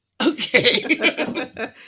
Okay